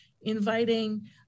inviting